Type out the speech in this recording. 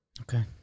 Okay